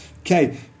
Okay